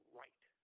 right